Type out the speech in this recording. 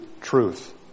truth